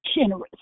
generous